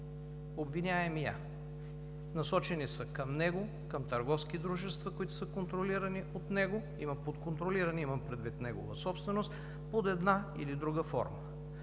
обвиняемия. Насочени са към него, към търговски дружества, които са контролирани от него. Под „контролирани“ имам предвид негова собственост под една или друга форма.